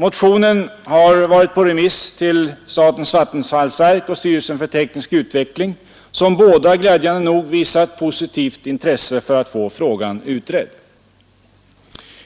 Motionen har varit på remiss hos statens vattenfallsverk och styrelsen för teknisk utveckling, som båda glädjande nog visat positivt intresse för att få frågan utredd.